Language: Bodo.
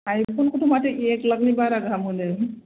आइफनखौथ' माथो एक लाखनि बारा गाहाम होनो